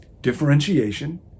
differentiation